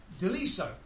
Deliso